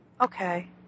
Okay